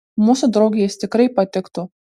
mūsų draugei jis tikrai patiktų